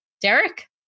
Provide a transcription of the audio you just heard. Derek